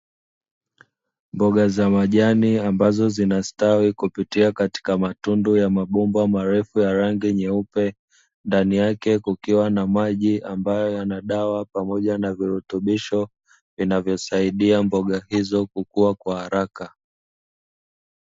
Mbaga za majani, ambazo zinastawi kupitia katika matundu ya mabomba marefu ya rangi nyeupe, ndani yake kukiwa na maji ambayo yana dawa pamoja na virutubisho vinavyosaidia mboga hizo kukua kwa haraka.